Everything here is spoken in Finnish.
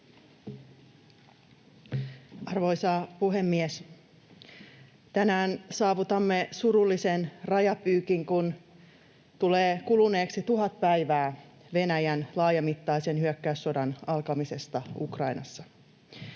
Arvoisa puhemies! Tänään saavutamme surullisen rajapyykin, kun tulee kuluneeksi tuhat päivää Venäjän laajamittaisen hyökkäyssodan alkamisesta Ukrainassa.